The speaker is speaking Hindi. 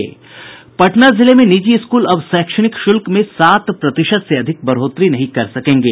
पटना जिले में निजी स्कूल अब शैक्षणिक शुल्क में सात प्रतिशत से अधिक बढ़ोतरी नहीं कर सकेंगे